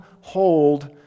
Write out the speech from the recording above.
hold